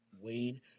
Wayne